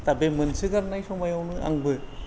दा बे मोनसोगारनाय समायावनो आंबो